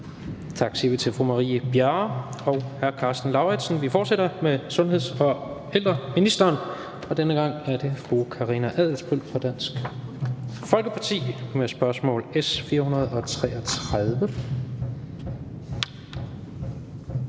Tak siger vi til fru Marie Bjerre og hr. Karsten Lauritzen. Vi fortsætter med sundheds- og ældreministeren, og denne gang er det fru Karina Adsbøl fra Dansk Folkeparti med spørgsmål S 433.